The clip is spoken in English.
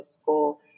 school